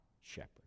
shepherd